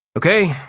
okay,